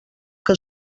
que